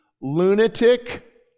Lunatic